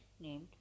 named